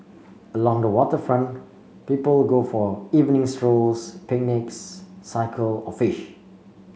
along the waterfront people go for evening strolls picnics cycle or fish